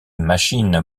machine